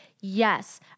Yes